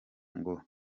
ngo